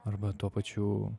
arba tuo pačiu